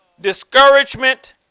discouragement